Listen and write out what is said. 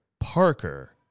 Parker